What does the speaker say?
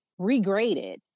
regraded